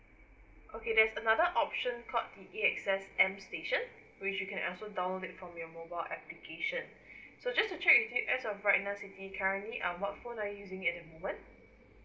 okay there's another option called the A_X_S M station which you can also download from your mobile application so just to check with you as of right now siti currently um what phone are you using at the moment